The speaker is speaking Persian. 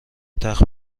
تخت